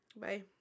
Bye